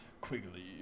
Quigley